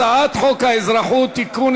הצעת חוק האזרחות (תיקון,